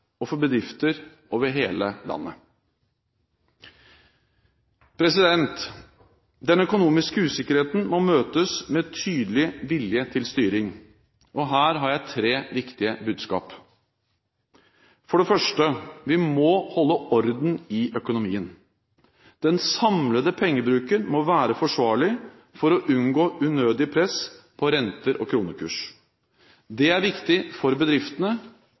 og for bedrifter over hele landet. Den økonomiske usikkerheten må møtes med tydelig vilje til styring. Her har jeg tre viktige budskap. For det første: Vi må holde orden i økonomien. Den samlede pengebruken må være forsvarlig for å unngå unødig press på renter og kronekurs. Det er viktig for bedriftene